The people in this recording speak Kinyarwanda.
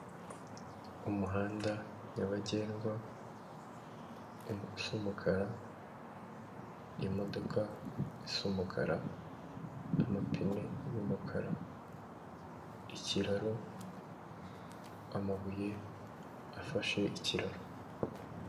Umuhanda nyabagendwa usa umukara, imodoka isa umukara, amapine y'umukara, ikiraro, amabuye afashe ikiraro.